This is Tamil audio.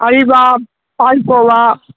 அல்வா பால்கோவா